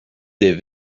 des